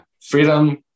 Freedom